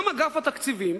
גם אגף התקציבים,